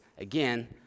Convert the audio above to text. again